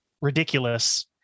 ridiculous